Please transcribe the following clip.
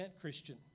Christian